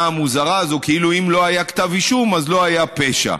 המוזרה הזאת כאילו אם לא היה כתב אישום אז לא היה פשע.